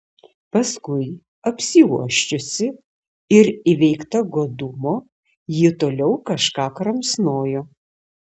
paskui apsiuosčiusi ir įveikta godumo ji toliau kažką kramsnojo